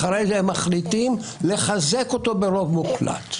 אחרי זה הם מחליטים לחזק אותו ברוב מוחלט,